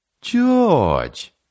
George